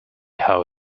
how